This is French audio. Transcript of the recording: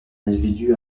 individu